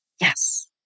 yes